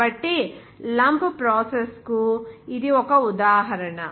కాబట్టి lump process కు ఇది ఒక ఉదాహరణ